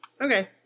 Okay